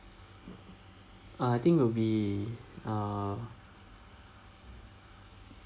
uh I think will be uh